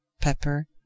pepper